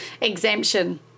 exemption